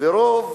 שרוב